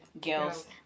girls